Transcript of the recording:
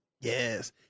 Yes